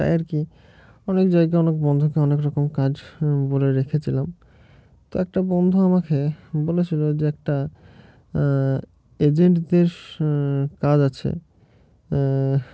তাই আর কি অনেক জায়গায় অনেক বন্ধুকে অনেক রকম কাজ বলে রেখেছিলাম তো একটা বন্ধু আমাকে বলেছিলো যে একটা এজেন্টদের কাজ আছে আহ